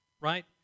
right